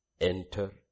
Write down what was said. Enter